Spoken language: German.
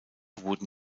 wurden